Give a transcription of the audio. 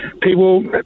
people